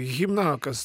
himną kas